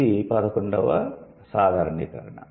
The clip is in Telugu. ఇది పదకొండవ సాధారణీకరణ